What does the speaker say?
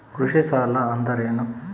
ಕೃಷಿ ಸಾಲ ಅಂದರೇನು?